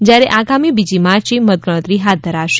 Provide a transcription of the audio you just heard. જયારે આગામી બીજી માર્ચે મતગણતરી હાથ ધરાશે